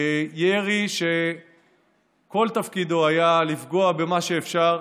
זה ירי שכל תפקידו היה לפגוע במה שאפשר.